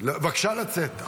--- בבקשה לצאת.